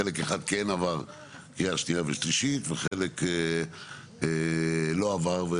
חלק אחד כן עבר קריאה שנייה ושלישית וחלק לא עבר.